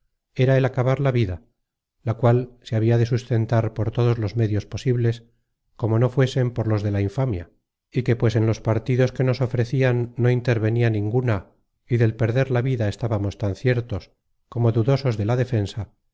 era el acabar la vida la cual se habia de sustentar por todos los medios posibles como no fuesen por los de la infamia y que pues en los partidos que nos ofrecian no intervenia ninguna y del perder la vida estábamos tan ciertos como dudosos de la defensa